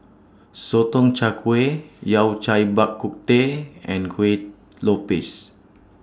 Sotong Char Kway Yao Cai Bak Kut Teh and Kueh